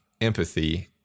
empathy